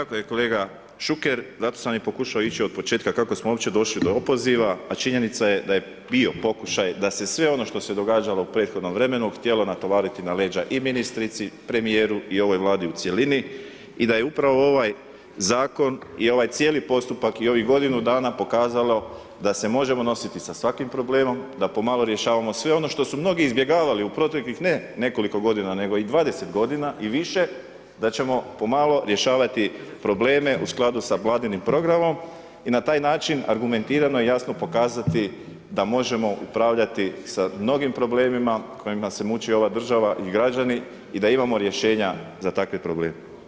Tako je kolega Šuker, zato sam i pokušao ići iz početka kako smo uopće došli do opoziva, a činjenica je da je bio pokušaj da se sve ono što se događalo u prethodnom vremenu htjelo natovariti na leđa i ministrici, premijeru i ovoj Vladi u cjelini i da je upravo ovaj zakon i ovaj cijeli postupak i ovih godinu dana pokazalo da se možemo nositi sa svakim problemom da pomalo rješavamo sve ono što su mnogi izbjegavali u proteklih ne nekoliko godina nego i 20 godina i više da ćemo pomalo rješavati probleme u skladu sa vladinim programom i na taj način argumentirano i jasno pokazati da možemo upravljati sa mnogim problemima kojima se muči ova država i građani i da imamo rješenja za takve probleme.